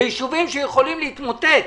אלו יישובים שיכולים להתמוטט.